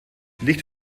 licht